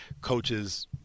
coaches